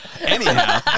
Anyhow